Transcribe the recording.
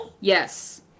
Yes